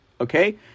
Okay